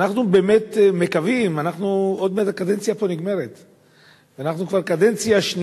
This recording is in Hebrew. אנחנו באמת מקווים עוד מעט הקדנציה פה נגמרת,